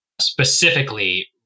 specifically